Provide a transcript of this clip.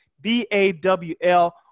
B-A-W-L